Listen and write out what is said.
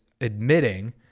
admitting